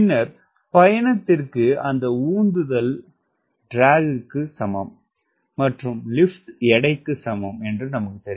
பின்னர் பயணத்திற்கு அந்த உந்துதல் இழுவைக்கு சமம் மற்றும் லிப்ட் எடைக்கு சமம் என்று நமக்குத்தெரியும்